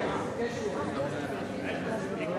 לא שומעים.